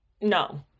no